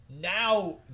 now